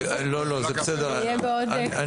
בבקשה.